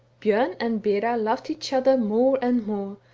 bjorn and bera loved each other more and more,